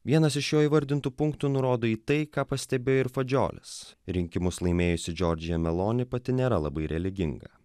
vienas iš jo įvardintų punktų nurodo tai ką pastebėjo ir fadžiolis rinkimus laimėjusių džordžiją maloniai pati nėra labai religinga